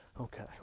okay